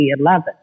2011